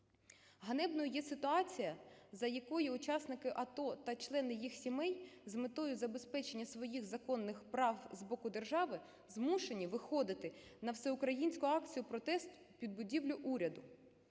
Ганебною є ситуація, за якої учасники АТО та члени їх сімей, з метою забезпечення своїх законних прав з боку держави, змушені виходити на всеукраїнську акцію протесту під будівлю уряду.